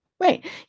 Right